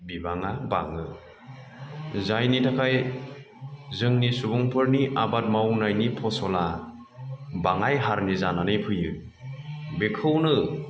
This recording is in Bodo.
बिबाङा बाङो जायनि थाखाय जोंनि सुबुंफोरनि आबाद मावनायनि फसला बाङाय हारिनि जानानै फैयो बेखौनो